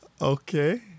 Okay